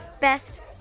Best